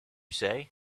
say